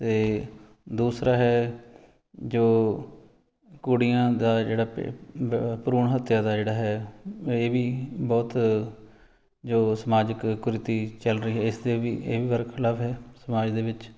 ਅਤੇ ਦੂਸਰਾ ਹੈ ਜੋ ਕੁੜੀਆਂ ਦਾ ਜਿਹੜਾ ਭ ਬ ਭਰੂਣ ਹੱਤਿਆ ਦਾ ਜਿਹੜਾ ਹੈ ਇਹ ਵੀ ਬਹੁਤ ਜੋ ਸਮਾਜਿਕ ਕੁਰੀਤੀ ਚੱਲ ਰਹੀ ਹੈ ਇਸ 'ਤੇ ਵੀ ਇਹ ਵੀ ਬਰਖਿਲਾਫ ਹੈ ਸਮਾਜ ਦੇ ਵਿੱਚ